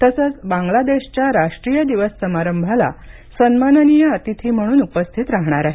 तसंच बांग्लादेशच्या राष्ट्रीय दिवस समारंभाला सन्माननीय अतिथी म्हणून उपस्थित राहणार आहेत